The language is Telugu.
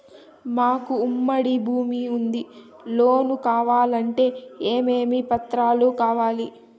మాకు ఉమ్మడి భూమి ఉంది లోను కావాలంటే ఏమేమి పత్రాలు కావాలి?